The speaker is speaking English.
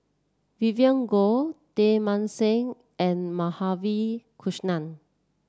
Vivien Goh Teng Mah Seng and Madhavi Krishnan